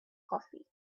coffee